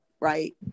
right